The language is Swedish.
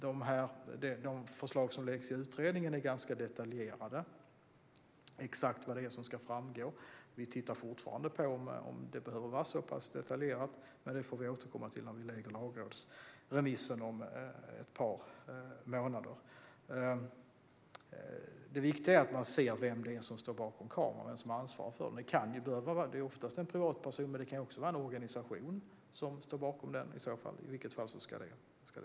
De förslag som läggs fram i utredningen är ganska detaljerade när det gäller exakt vad som ska framgå. Vi tittar fortfarande på om det behöver vara så detaljerat, men det får vi återkomma till när vi presenterar lagrådsremissen om ett par månader. Det viktiga är att man ser vem som står bakom kameran, alltså vem som har ansvar för den. Det är oftast en privatperson, men det kan också vara en organisation som står bakom den. Oavsett hur det är ska det redovisas.